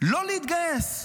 לא להתגייס.